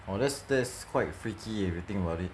!wah! that's that's kind freaky eh if you think about it